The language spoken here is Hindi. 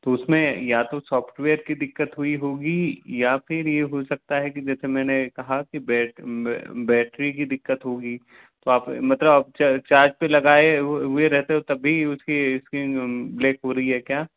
तो उस में या तो सौफ्टवेयर की दिक्कत हुई होगी या फिर ये हो सकता है कि जैसे मैंने कहा कि बैट बैटरी कि दिक्कत होगी तो आप मतलब आप चार्ज पर लगाए हुए हुए रहते हो तब भी उसकी इस्क्रीन ब्लाक हो रही है क्या